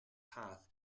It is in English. path